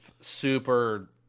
Super